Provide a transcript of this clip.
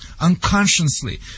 unconsciously